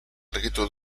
argitu